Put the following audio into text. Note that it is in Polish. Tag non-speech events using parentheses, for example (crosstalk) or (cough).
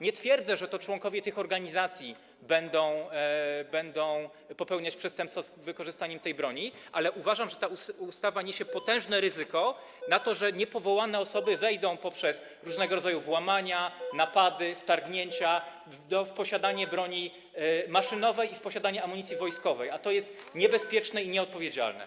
Nie twierdzę, że członkowie tych organizacji będą popełniać przestępstwa z wykorzystaniem tej broni, ale uważam, że ta ustawa niesie potężne (noise) ryzyko, że niepowołane osoby w wyniku różnego rodzaju włamań, napadów, wtargnięć wejdą w posiadanie broni maszynowej i w posiadanie amunicji wojskowej, a to jest niebezpieczne i nieodpowiedzialne.